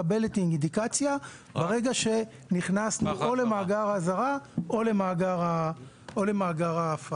מקבלת אינדיקציה ברגע שנכנס או למאגר האזהרה או למאגר ההפעלה.